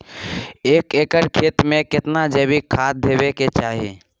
एक एकर खेत मे केतना जैविक खाद देबै के चाही?